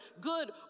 good